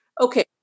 Okay